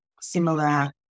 similar